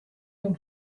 whom